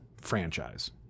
franchise